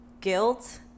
guilt